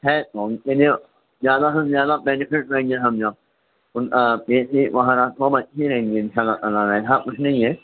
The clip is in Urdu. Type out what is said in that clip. ہے تو ان کے لیے زیادہ سے زیادہ بینیفٹ رہیں گے سمجھو ان بیسک وغیرہ سب اچھی رہیں گی ان شاء اللہ تعالی ایسا کچھ نہیں ہے